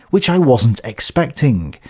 which i wasn't expecting.